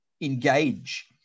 engage